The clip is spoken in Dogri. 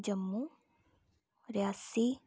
जम्मू रियासी